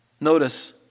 Notice